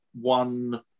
one